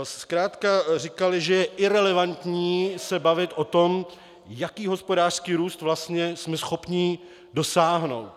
Zkrátka říkali, že je irelevantní se bavit o tom, jakého hospodářského růstu vlastně jsme schopni dosáhnout.